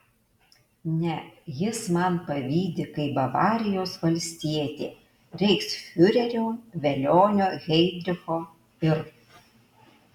ne jis man pavydi kaip bavarijos valstietė reichsfiurerio velionio heidricho ir